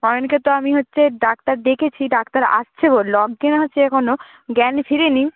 অয়নকে তো আমি হচ্ছে ডাক্তার ডেকেছি ডাক্তার আসছে বলল অজ্ঞান আছে এখনো জ্ঞান ফেরে নি